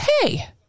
Hey